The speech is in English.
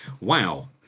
Wow